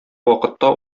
вакытта